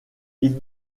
ils